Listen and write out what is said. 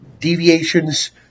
deviations